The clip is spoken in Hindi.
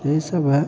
यही सब है